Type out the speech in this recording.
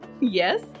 Yes